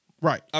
Right